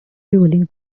ruling